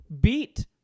beat